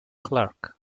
clerk